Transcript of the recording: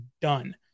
done